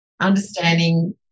understanding